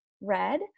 red